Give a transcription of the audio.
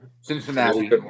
Cincinnati